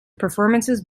performances